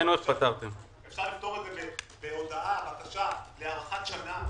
אפשר לפתור את זה בהודעה, בקשה להארכת שנה.